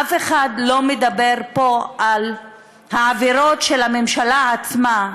אף אחד לא מדבר פה על העבירות של הממשלה עצמה,